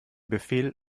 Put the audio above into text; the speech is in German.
befehl